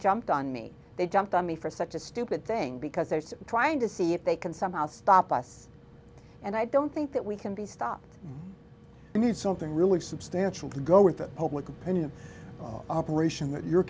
jumped on me they jumped on me for such a stupid thing because there's trying to see if they can somehow stop us and i don't think that we can be stopped i mean something really substantial to go with that public opinion operation